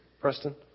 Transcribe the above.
Preston